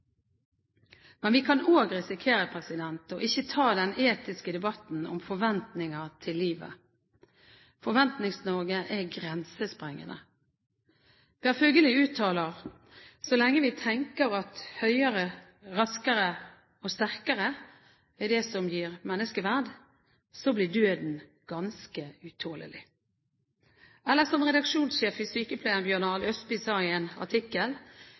Vi kan også risikere ikke å ta den etiske debatten om forventninger til livet. Forventings-Norge er grensesprengende. Per Fugelli uttaler: «Så lenge vi tenker at «høyere, raskere og sterkere» er det som gir menneskeverd, blir døden ganske utålelig.» Eller som redaksjonssjef i Sykepleien, Bjørn Arild Østby, sa i en artikkel: